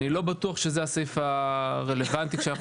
ואני לא בטוח שזה הסעיף הרלוונטי כשאנחנו